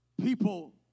People